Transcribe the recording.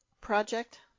project